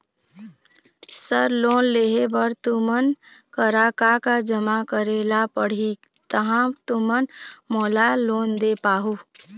Sir loan लेहे बर तुमन करा का का जमा करें ला पड़ही तहाँ तुमन मोला लोन दे पाहुं?